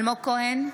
אלמוג כהן,